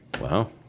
Wow